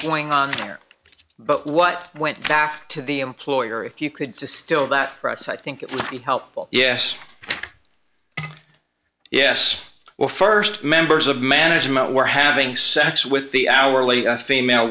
going on there but what went back to the employer if you could to still that price i think it would be helpful yes yes well st members of management were having sex with the our lady of female